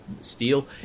steel